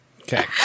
Okay